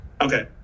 Okay